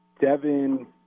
Devin